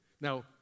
Now